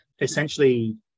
essentially